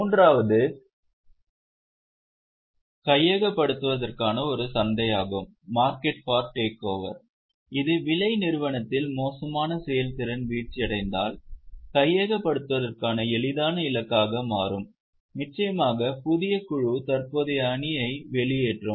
மூன்றாவது கையகப்படுத்துவதற்கான ஒரு சந்தையாகும் இது விலை நிறுவனத்தில் மோசமான செயல்திறன் வீழ்ச்சியடைந்தால் கையகப்படுத்துவதற்கான எளிதான இலக்காக மாறும் நிச்சயமாக புதிய குழு தற்போதைய அணியை வெளியேற்றும்